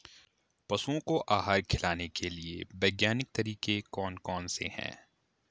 पशुओं को आहार खिलाने के लिए वैज्ञानिक तरीके कौन कौन से हैं?